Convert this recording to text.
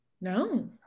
No